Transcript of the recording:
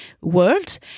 world